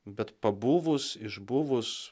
bet pabuvus išbuvus